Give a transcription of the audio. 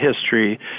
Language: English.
history